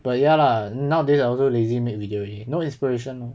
but ya lah nowadays I also lazy make video already no inspiration lor